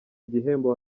igihembo